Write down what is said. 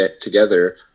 together